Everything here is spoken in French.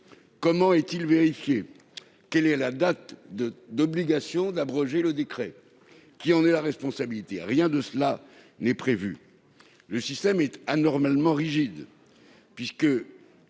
Comment sera-t-il vérifié ? Quelle est la date de l'obligation d'abrogation du décret ? Qui en a la responsabilité ? Rien de cela n'est prévu. Le système est en outre anormalement rigide, puisque,